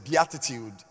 beatitude